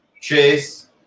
Chase